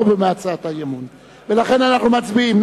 בו מהצעת האי-אמון ולכן אנחנו מצביעים.